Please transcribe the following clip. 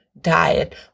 diet